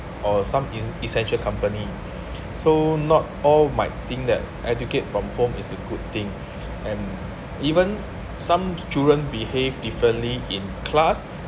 or some in essential company so not all might think that educate from home is a good thing and even some children behave differently in class